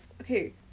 Okay